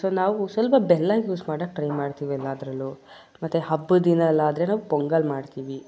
so ನಾವು ಸ್ವಲ್ಪ ಬೆಲ್ಲ ಯೂಸ್ ಮಾಡೋಕೆ ಟ್ರೈ ಮಾಡ್ತೀವಿ ಎಲ್ಲದರಲ್ಲೂ ಮತ್ತು ಹಬ್ಬದ ದಿನ ಎಲ್ಲ ಆದರೆ ನಾವು ಪೊಂಗಲ್ ಮಾಡ್ತೀವಿ